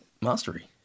Mastery